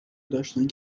داشتند